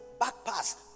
backpass